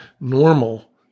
normal